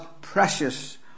precious